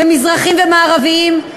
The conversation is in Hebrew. ומזרחיים ומערביים,